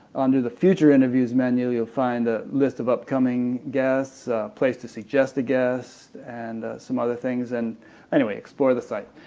under the future interviews menu you'll find a list of upcoming guests, a place to suggest a guest and some other things and anyway, explore the site.